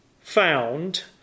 found